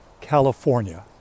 California